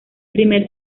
primer